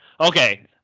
Okay